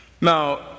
Now